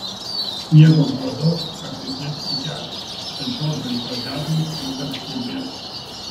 sniego buvo daug kartais net iki kelių bet džordžo entuziazmas vis dar neblėso